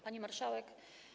Pani Marszałek!